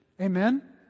Amen